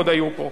אדוני,